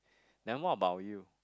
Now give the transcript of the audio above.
then what about you